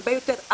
הרבה יותר,